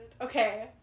okay